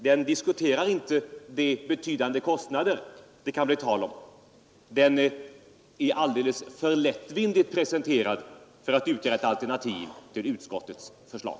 Den diskuterar inte de betydande kostnader det kan bli tal om. Den är alldeles för lättvindigt presenterad för att utgöra ett alternativ till utskottets förslag.